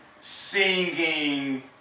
singing